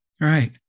Right